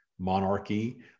monarchy